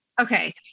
Okay